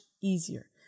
easier